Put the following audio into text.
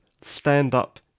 stand-up